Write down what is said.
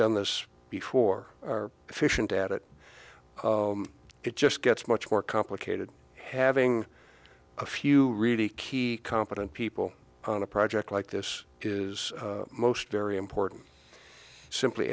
done this before are efficient at it it just gets much more complicated having a few really key competent people on a project like this is most very important simply